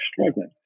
struggling